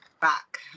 back